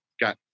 got